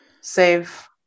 Save